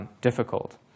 difficult